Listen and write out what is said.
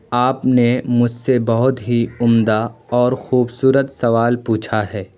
آپ نے مجھ سے بہت ہی عمدہ اور خوبصورت سوال پوچھا ہے